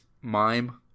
mime